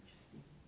interesting